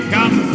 Come